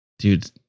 Dude